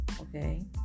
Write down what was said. Okay